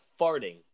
farting